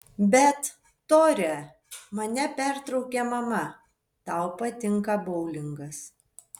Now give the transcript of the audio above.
bet tore mane pertraukė mama tau patinka boulingas